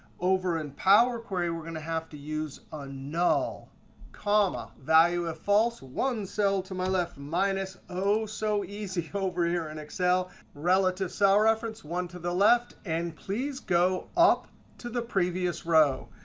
over in power query we're going to have to use a null comma value if false. one cell to my left minus. oh, so easy over here in excel relative cell reference, one to the left. and please go up to the previous row.